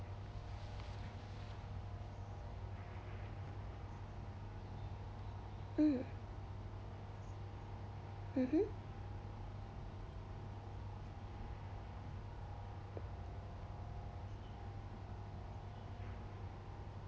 mm mmhmm